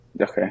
okay